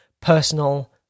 personal